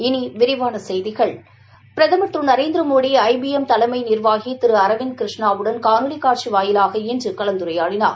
இனி விரிவான செய்திகள் பிரதம் திரு நரேந்திரமோடி ஐ பி எம் தலைமை நிர்வாகி திரு அரவிந்த் கிருஷ்ணாவுடன் காணொலி காட்சி வாயிலாக இன்று கலந்துரையாடினார்